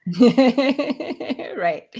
Right